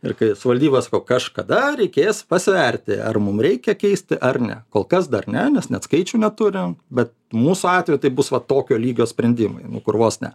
ir kai valdybas kažkada reikės pasverti ar mum reikia keisti ar ne kol kas dar ne nes net skaičių neturim bet mūsų atveju tai bus va tokio lygio sprendimai kur vos ne